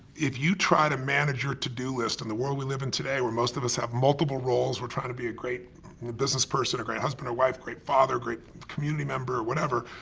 if you try to manage your to do list, in the world we live in today where most of us have multiple roles, we're trying to be a great businessperson, a great husband or wife, great father, great community member, whatever,